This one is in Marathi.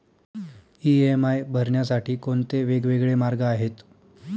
इ.एम.आय भरण्यासाठी कोणते वेगवेगळे मार्ग आहेत?